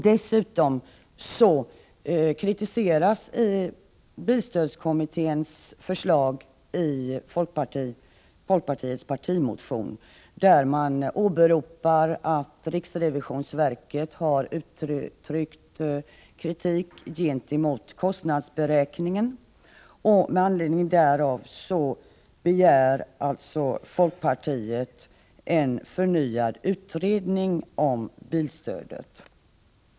Dessutom kritiseras bilstödskommitténs förslag i folkpartiets partimotion, där man åberopar att riksrevisionsverket har uttryckt kritik mot kostnadsberäkningen. Med anledning därav begär folkpartiet en förnyad utredning om bilstödet.